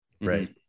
Right